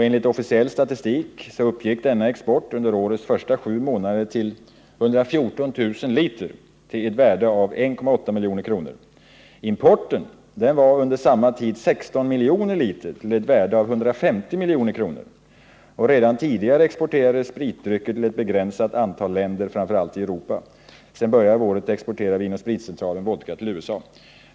Enligt officiell statistik uppgick denna export under årets första sju månader till 114 000 liter till ett värde av 1,8 milj.kr. Importen var under samma tid 16 miljoner liter till ett värde av 150 milj.kr. Redan tidigare exporterades spritdrycker till ett begränsat antal länder framför allt i Europa. Sedan början av året exporterar Vin & Spritcentralen vodka till USA.